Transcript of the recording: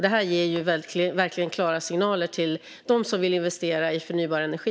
Detta ger verkligen klara signaler till dem som vill investera i förnybar energi.